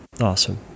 awesome